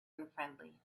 unfriendly